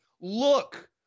look